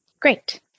Great